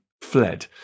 fled